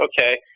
okay